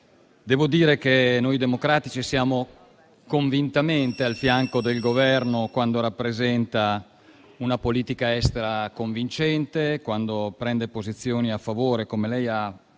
Devo dire che noi democratici siamo convintamente al fianco del Governo quando rappresenta una politica estera convincente e quando prende posizione - come lei ha